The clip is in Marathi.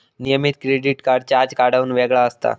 नियमित क्रेडिट कार्ड चार्ज कार्डाहुन वेगळा असता